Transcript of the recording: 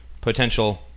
potential